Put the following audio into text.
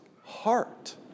heart